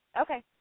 okay